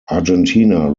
argentina